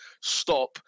stop